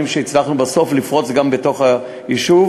שהצלחנו בסוף לפרוץ את הדרכים גם בתוך היישוב.